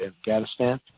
Afghanistan